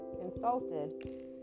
insulted